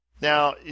Now